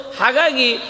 hagagi